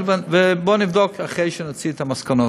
ובוא נבדוק אחרי שנוציא את המסקנות.